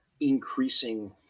increasing